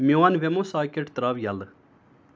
میون وِمُہ ساکٮ۪ٹ ترٛاو یَلہٕ